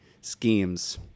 schemes